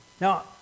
Now